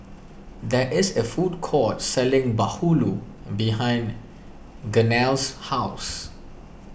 there is a food court selling Bahulu behind Gaynell's house